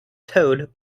towed